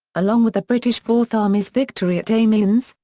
along with the british fourth army's victory at amiens,